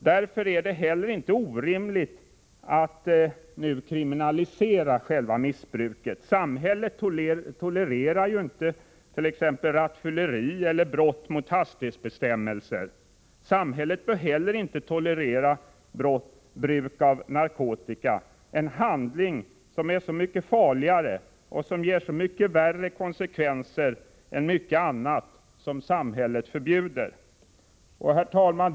Därför är det inte heller orimligt att nu kriminalisera själva missbruket. Samhället tolererar ju inte t.ex. rattfylleri eller brott mot hastighetsbestämmelser. Samhället bör inte heller tolerera bruk av narkotika — en handling som är så mycket farligare och ger så mycket värre konsekvenser än mycket annat som samhället förbjuder. Herr talman!